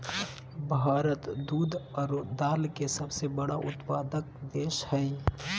भारत दूध आरो दाल के सबसे बड़ा उत्पादक देश हइ